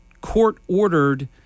court-ordered